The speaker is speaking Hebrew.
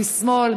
משמאל,